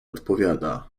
odpowiada